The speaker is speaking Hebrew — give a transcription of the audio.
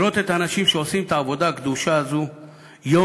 לראות את האנשים שעושים את העבודה הקדושה הזאת יום-יום,